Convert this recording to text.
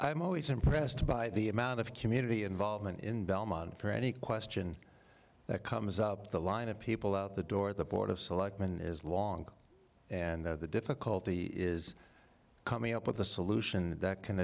i'm always impressed by the amount of community involvement in belmont for any question that comes up the line of people out the door the board of selectmen is long and the difficulty is coming up with a solution that can